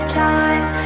time